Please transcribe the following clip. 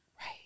Right